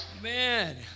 man